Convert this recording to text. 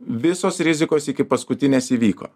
visos rizikos iki paskutinės įvyko